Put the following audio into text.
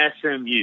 SMU